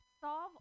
solve